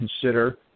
consider